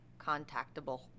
contactable